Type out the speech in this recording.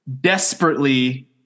desperately